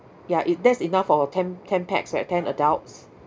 ya i~ that's enough for ten ten pax right ten adults